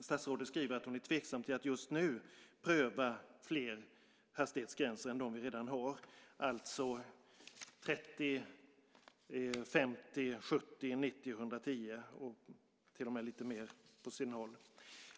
Statsrådet skriver att hon är tveksam till att just nu pröva fler hastighetsgränser än dem vi redan har, alltså 30, 50, 70, 90, 110 och till och med lite mer på sina håll.